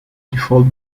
default